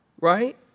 Right